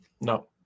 No